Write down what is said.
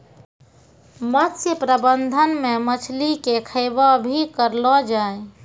मत्स्य प्रबंधन मे मछली के खैबो भी करलो जाय